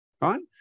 right